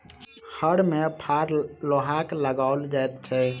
हर मे फार लोहाक लगाओल जाइत छै